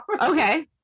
Okay